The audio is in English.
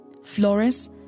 Flores